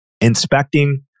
Inspecting